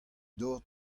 dor